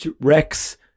Rex